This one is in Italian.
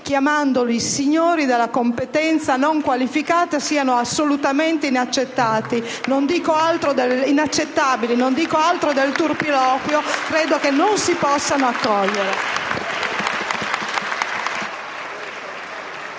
chiamandoli signori dalla competenza non qualificata siano assolutamente inaccettabili. Non dico altro del turpiloquio, che credo non possa essere